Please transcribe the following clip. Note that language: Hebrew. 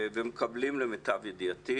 ומקבלים למיטב ידיעתי